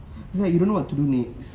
is like you don't know what to do next